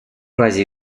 разі